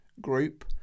group